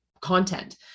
content